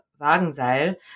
Wagenseil